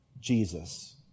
Jesus